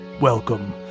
welcome